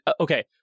Okay